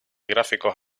gráficos